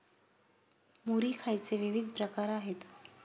मुरी खायचे विविध प्रकार आहेत